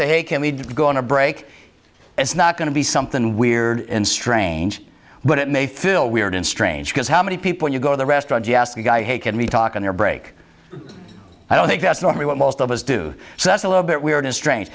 say can we go on a break it's not going to be something weird and strange but it may feel weird and strange because how many people you go to the restaurant you ask the guy hey can we talk on your break i don't think that's normally what most of us do so that's a little bit weird and stra